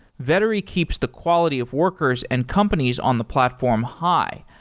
vettery keeps the quality of workers and companies on the platform high,